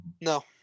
No